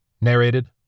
Narrated